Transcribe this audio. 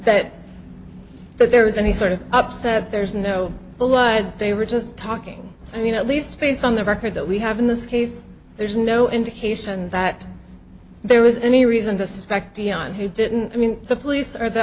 that there was any sort of upset there's no blood they were just talking i mean at least based on the record that we have in this case there's no indication that there was any reason to suspect deon he didn't i mean the police or the